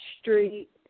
street